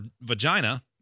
vagina